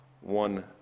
one